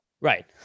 Right